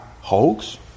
hoax